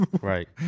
Right